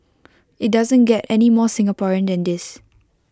IT doesn't get any more Singaporean than this